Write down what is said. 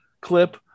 clip